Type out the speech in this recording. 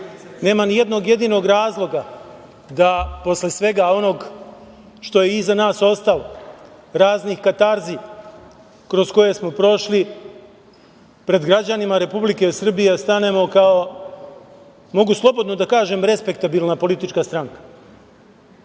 nema nijednog jedinog razloga da posle svega onog što je iza nas ostalo, raznih katarzi kroz koje smo prošli, pred građanima Republike Srbije stanemo kao, mogu slobodno da kažem, respektabilna politička stranka.